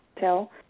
tell